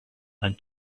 and